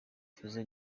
fizzo